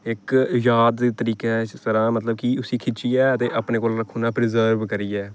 इक याद तरीके दा करा दा मतलब कि उसी खिच्चियै ते अपने कोल रक्खी ओड़ना प्रीजर्व करियै